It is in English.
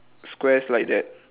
squares like that